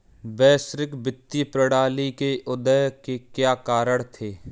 वैश्विक वित्तीय प्रणाली के उदय के क्या कारण थे?